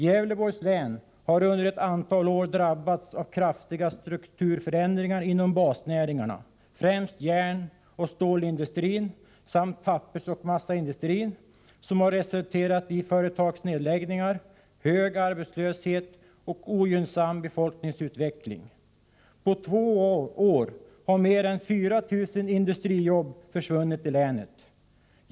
Gävleborgs län har under ett antal år drabbats av kraftiga strukturförändringar inom basnäringarna, främst järnoch stålindustrin samt pappersoch massaindustrin, som har resulterat i företagsnedläggningar, hög arbetslöshet och ogynnsam befolkningsutveckling. På två år har mer än 4 000 industrijobb försvunnit i länet.